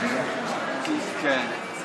מנסים להגיע להסכמות אבל זה יכול לקחת זמן, הסכמות